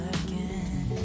again